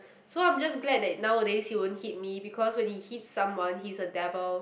so I'm just glad that nowadays he won't hit me because when he hit someone he's a devil